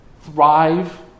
thrive